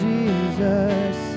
Jesus